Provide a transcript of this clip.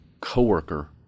coworker